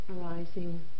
arising